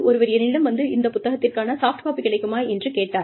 ஒருவர் என்னிடம் வந்து இந்த புத்தகத்திற்கான சாஃப்ட்காபி கிடைக்குமா என்று கேட்டார்